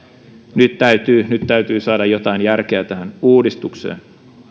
nyt täytyy nyt täytyy saada jotain järkeä tähän uudistukseen